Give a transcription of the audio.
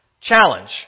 challenge